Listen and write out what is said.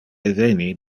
eveni